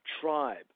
tribe